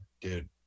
dude